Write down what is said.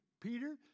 Peter